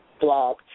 blog